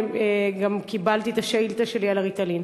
גם אעלה את השאילתה שלי על ה"ריטלין".